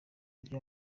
ujya